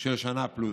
של שנה פלוס.